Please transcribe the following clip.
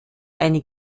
eine